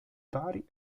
pari